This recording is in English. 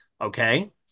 okay